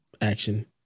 action